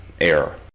error